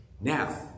Now